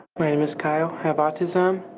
my name is kyle, have autism